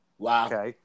Wow